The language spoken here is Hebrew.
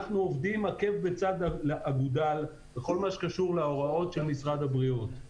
אנחנו עובדים עקב בצד אגודל בכל מה שקשור להוראות משרד הבריאות.